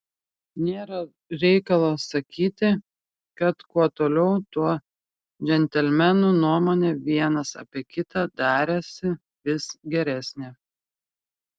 nėra reikalo sakyti kad kuo toliau tuo džentelmenų nuomonė vienas apie kitą darėsi vis geresnė